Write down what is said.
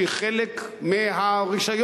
שהיא חלק מהרשיון,